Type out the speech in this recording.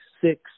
six